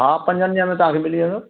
हा पंजनि ॾीहंनि में तव्हांखे मिली वेंदो